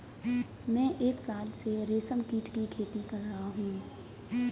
मैं एक साल से रेशमकीट की खेती कर रहा हूँ